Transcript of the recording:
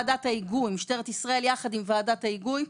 משטרת ישראל יחד עם וועדת ההיגוי,